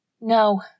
No